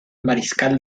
mariscal